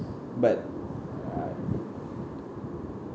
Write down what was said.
but uh